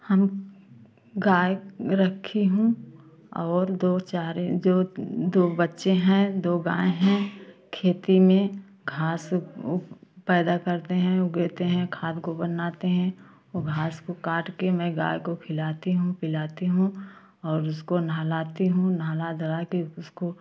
हम ने गाय रखी है और दो चार जो दो बच्चे हैं दो गाय हैं खेती में घास पैदा करते हैं उगाते हैं खाद को बनाते हैं वो घास काट के मैं गाय को खिलाती हूँ पिलाती हूँ और उसको नहलाती हूँ नहलाधुला के उसको